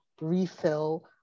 refill